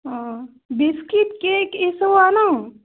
ହଁ biscuit cake ଏ ସବୁ ଆଣ